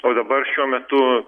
o dabar šiuo metu